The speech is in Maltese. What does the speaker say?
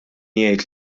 jgħid